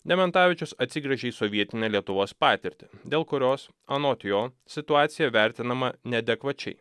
dementavičius atsigręžė į sovietinę lietuvos patirtį dėl kurios anot jo situacija vertinama neadekvačiai